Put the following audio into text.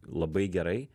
labai gerai